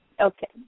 Okay